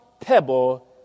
pebble